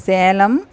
Salem